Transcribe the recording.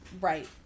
Right